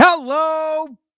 Hello